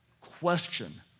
Question